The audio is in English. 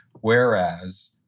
Whereas